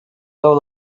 low